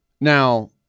Now